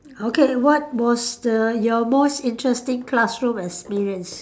okay what was the your most interesting classroom experience